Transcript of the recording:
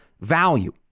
value